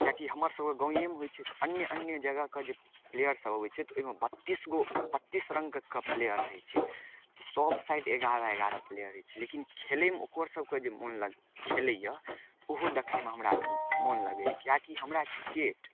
किएककि हमर सबके गाँवेमे होइ छै तऽ अन्य अन्य जगहके जे प्लेयर सब अबय छै तऽ ओइमे बत्तीस गो बत्तीस रङ्गके प्लेयर रहय छै तऽ सब साइड ग्यारह ग्यारह प्लेयर रहय छै लेकिन खेलयमे ओकर सबके जे मोन लग खेलैये तऽ ओहो देखयमे हमरा मोन लगैये किएक कि हमरा क्रिकेट